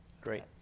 Great